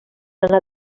anar